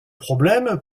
problème